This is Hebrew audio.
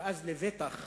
ואז לבטח